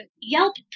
Yelp